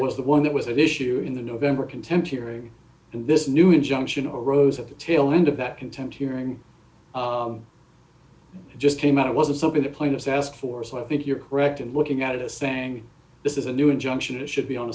was the one that was an issue in the november contempt hearing and this new injunction oros at the tail end of that contempt hearing just came out it wasn't something the plaintiffs asked for so i think you're correct in looking at it assange this is a new injunction it should be on